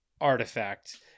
artifact